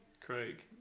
Craig